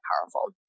powerful